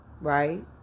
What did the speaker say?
right